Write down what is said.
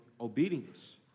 obedience